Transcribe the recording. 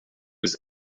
was